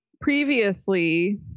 previously